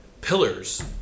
pillars